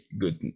good